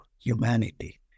humanity